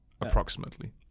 approximately